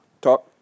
Talk